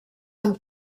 amb